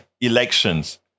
elections